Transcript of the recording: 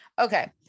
Okay